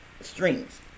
Strings